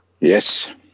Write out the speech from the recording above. Yes